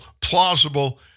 plausible